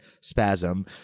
spasm